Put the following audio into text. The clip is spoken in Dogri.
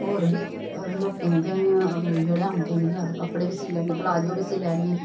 होर बी लोकें दे ते जेह्ड़ा आंदे मिगी कपड़े बी सी लैन्नी प्लाजो बी सी लैन्नी